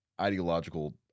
ideological